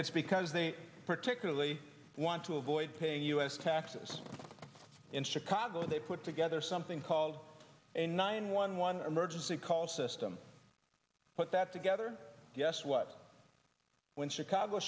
it's because they particularly want to avoid paying u s taxes in chicago they put together something called a nine one one emergency call system put that together guess what when chicago